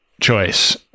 choice